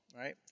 right